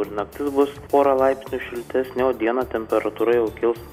ir naktis bus pora laipsnių šiltesnė o dieną temperatūra jau kils